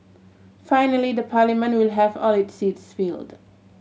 finally the parliament will have all its seats filled